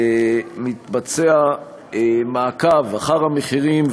מתבצע מעקב אחר המחירים,